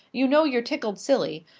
you know you're tickled silly.